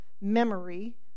memory